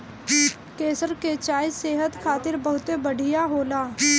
केसर के चाय सेहत खातिर बहुते बढ़िया होला